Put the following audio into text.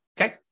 Okay